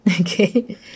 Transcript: okay